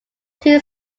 two